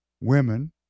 women